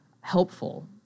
helpful